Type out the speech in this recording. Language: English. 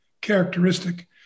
characteristic